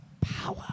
power